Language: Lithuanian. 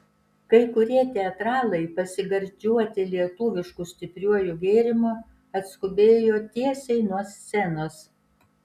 kai kurie teatralai pasigardžiuoti lietuvišku stipriuoju gėrimu atskubėjo tiesiai nuo scenos